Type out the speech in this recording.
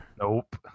Nope